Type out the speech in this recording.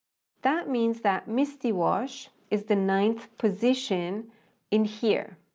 that means that misty wash is the ninth position in here.